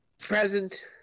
Present